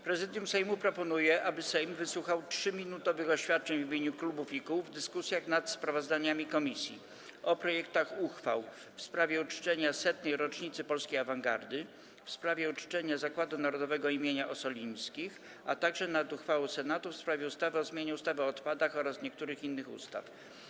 Prezydium Sejmu proponuje, aby Sejm wysłuchał 3-minutowych oświadczeń w imieniu klubów i kół w dyskusjach nad sprawozdaniami komisji o projektach uchwał: - w sprawie uczczenia 100. rocznicy polskiej awangardy, - w sprawie uczczenia Zakładu Narodowego im. Ossolińskich, - a także nad uchwałą Senatu w sprawie ustawy o zmianie ustawy o odpadach oraz niektórych innych ustaw.